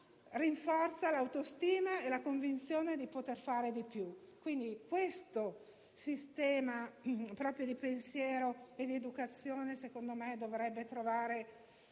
rinforza l'autostima e la convinzione di poter fare di più. Questo sistema di pensiero e di educazione, secondo me, dovrebbe trovare